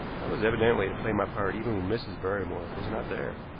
i was evidently to play my part even when mrs. barrymore was not there.